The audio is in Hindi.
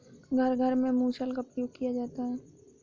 घर घर में मुसल का प्रयोग किया जाता है